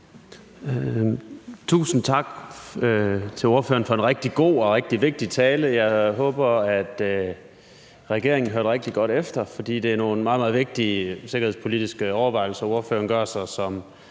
Tusind tak til ordføreren for en rigtig god og rigtig vigtig tale. Jeg håber, at regeringen hørte rigtig godt efter, fordi det er nogle meget, meget vigtige sikkerhedspolitiske overvejelser, ordføreren gør sig, som